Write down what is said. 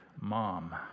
mom